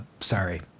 sorry